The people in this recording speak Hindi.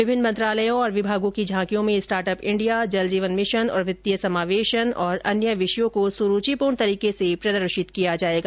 विभिन्न मंत्रालयों और विभागों की झांकियों में startup India Jal Jeevan mission तथा वित्तीय समावेशन और अन्य विषयों को सुरूचिपूर्ण तरीके से प्रदर्शित किया जाएगा